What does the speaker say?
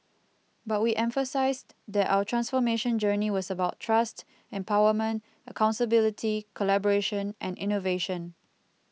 but we emphasised that our transformation journey was about trust empowerment accountability collaboration and innovation